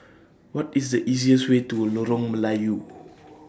What IS The easiest Way to Lorong Melayu